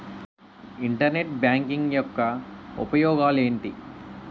Internet banking యెక్క ఉపయోగాలు ఎంటి?